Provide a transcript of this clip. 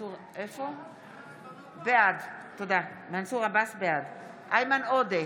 בעד איימן עודה,